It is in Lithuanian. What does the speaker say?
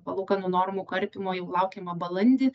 palūkanų normų karpymo jau laukiama balandį